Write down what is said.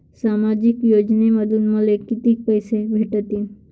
सामाजिक योजनेमंधून मले कितीक पैसे भेटतीनं?